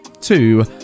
two